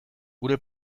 gure